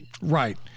Right